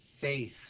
faith